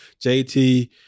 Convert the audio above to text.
JT